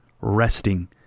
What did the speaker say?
resting